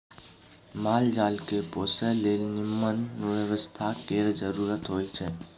माल जाल केँ पोसय लेल निम्मन बेवस्था केर जरुरत होई छै